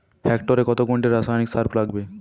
হেক্টরে কত কুইন্টাল রাসায়নিক সার লাগবে?